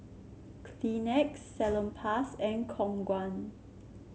Kleenex Salonpas and Khong Guan